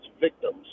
victims